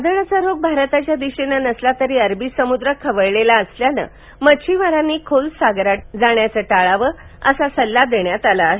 वादळाचा रोख भारताच्या दिशेनं नसला तरी अरबीसमुद्र खवळलेला असल्यानं मच्छिमारांनी खोलसागरात जाण्याचं टाळावं असा सल्ला देण्यात आला आहे